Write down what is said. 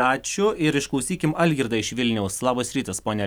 ačiū ir išklausykim algirdą iš vilniaus labas rytas pone